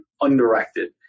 undirected